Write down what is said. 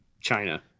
China